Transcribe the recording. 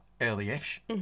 early-ish